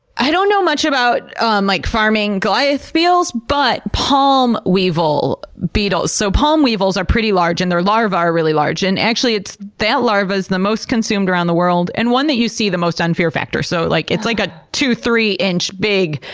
i don't know much about and like farming goliath beetles, but palm weevil beetles, so palm weevils are pretty large, and their larva are really large, and actually that larva larva is the most consumed around the world, and one that you see the most on fear factor. so like it's like a two, three inch big,